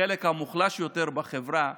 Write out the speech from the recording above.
החלק המוחלש יותר בחברה,